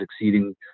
exceeding